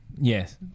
yes